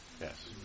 Yes